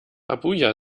abuja